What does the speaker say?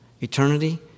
Eternity